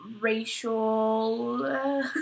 racial